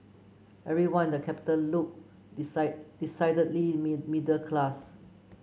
everyone in the capital looked decide decidedly mid middle class